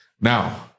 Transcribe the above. Now